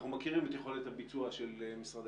אנחנו מכירים את יכולת הביצוע של משרדי